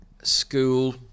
School